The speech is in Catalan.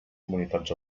comunitats